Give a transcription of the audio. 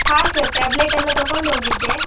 ಹಾಂ ಸರ್ ಟ್ಯಾಬ್ಲೆಟೆಲ್ಲ ತಗೊಂಡೋಗಿದ್ದೆ